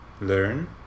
Learn